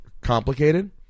complicated